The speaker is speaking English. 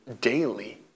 daily